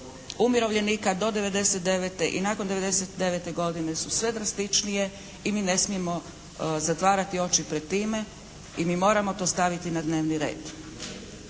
umirovljenika do 1999. i nakon 1999. godine su sve drastičnije i mi ne smijemo zatvarati oči pred time i mi moramo to staviti na dnevni red.